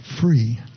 free